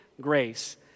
grace